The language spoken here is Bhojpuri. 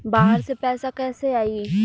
बाहर से पैसा कैसे आई?